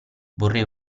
vorrei